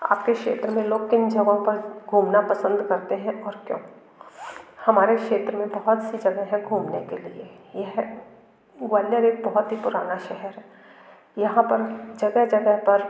आप के क्षेत्र में लोग किन जगहों पर घूमना पसंद करते हैं और क्यों हमारे क्षेत्र में बहुत सी जगह है घूमने के लिए यह ग्वालियर एक बहुत ही पुराना शहर है यहाँ पर जगह जगह पर